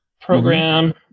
program